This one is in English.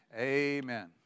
Amen